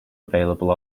available